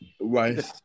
Right